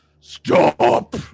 Stop